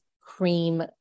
cream